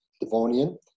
Devonian